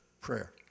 prayer